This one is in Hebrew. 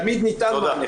תמיד ניתן מענה,